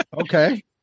Okay